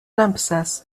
lampasas